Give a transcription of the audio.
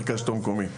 מרכז שלטון מקומי.